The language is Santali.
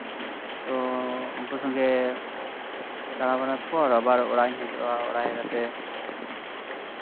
ᱛᱚ ᱩᱱᱠᱩ ᱥᱚᱸᱜᱮ ᱫᱟᱬᱟᱵᱟᱲᱟ ᱯᱚᱨ ᱟᱵᱟᱨ ᱚᱲᱟᱜ ᱤᱧ ᱦᱤᱡᱩᱜᱼᱟ ᱚᱲᱟᱜ ᱦᱮᱡ ᱠᱟᱛᱮᱫ